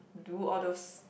do all those